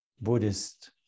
Buddhist